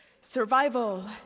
Survival